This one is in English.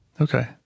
okay